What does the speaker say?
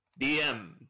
DM